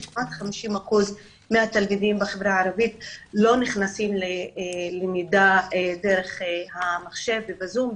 שכמעט 50% מהתלמידים בחברה הערבית לא נכנסים ללמידה דרך המחשב והזום,